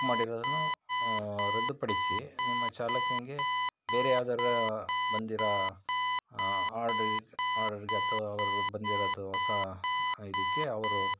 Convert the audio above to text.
book ಮಾಡಿರೋದನ್ನು ರದ್ದು ಪಡಿಸಿ ನಿಮ್ಮ ಚಾಲಕನಿಗೆ ಬೇರೆ ಯಾವ್ದಾದ್ರು ಬಂದಿರೋ ಆರ್ಡರ್ ಆರ್ಡರಿಗೆ ಅಥವಾ ಅವರು ಬಂದಿರೋದು ಹೊಸ ಇದಕ್ಕೆ ಅವರು